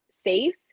safe